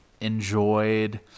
enjoyed